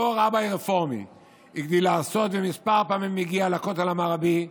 אותו רביי רפורמי הגדיל לעשות וכמה פעמים הגיע לכותל המערבי,